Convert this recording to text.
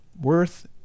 worth